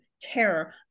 terror